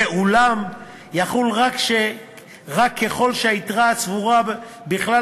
ואולם יחול רק ככל שהיתרה הצבורה בכלל